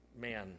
man